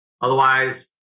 Otherwise